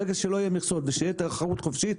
ברגע שלא יהיו מכסות ותהיה תחרות חופשית,